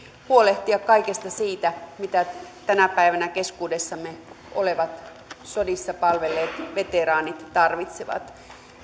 huolehtia kaikesta siitä mitä tänä päivänä keskuudessamme olevat sodissa palvelleet veteraanit tarvitsevat